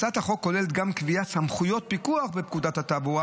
הצעת החוק כוללת גם קביעת סמכויות פיקוח בפקודת התעבורה